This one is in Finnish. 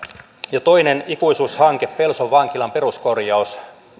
ja toinen ikuisuushanke pelson vankilan peruskorjaus